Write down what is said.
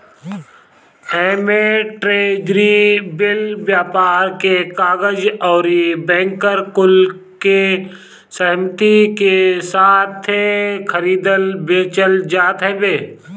एमे treasury bill, व्यापार के कागज अउरी बैंकर कुल के सहमती के साथे खरीदल बेचल जात हवे